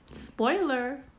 Spoiler